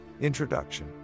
Introduction